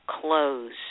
clothes